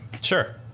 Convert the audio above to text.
Sure